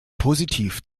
positiv